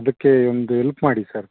ಅದಕ್ಕೆ ಒಂದು ಎಲ್ಪ್ ಮಾಡಿ ಸರ್